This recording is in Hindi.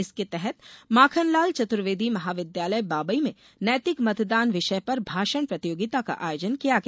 इसके तहत माखनलाल चतुर्वेदी महाविद्यालय बाबई में नैतिक मतदान विषय पर भाषण प्रतियोगिता का आयोजन किया गया